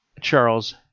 Charles